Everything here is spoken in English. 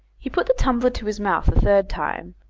he put the tumbler to his mouth a third time,